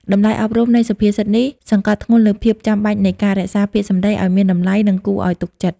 តម្លៃអប់រំនៃសុភាសិតនេះសង្កត់ធ្ងន់លើភាពចាំបាច់នៃការរក្សាពាក្យសម្ដីឱ្យមានតម្លៃ និងគួរឱ្យទុកចិត្ត។